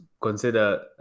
consider